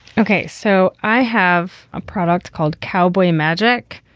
ok. so i have a product called cowboy magic.